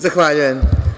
Zahvaljujem.